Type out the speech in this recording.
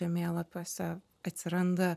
žemėlapiuose atsiranda